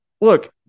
look